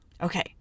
Okay